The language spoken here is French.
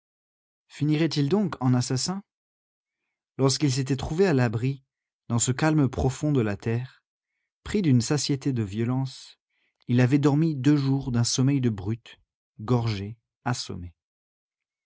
finirait-il donc en assassin lorsqu'il s'était trouvé à l'abri dans ce calme profond de la terre pris d'une satiété de violence il avait dormi deux jours d'un sommeil de brute gorgée assommée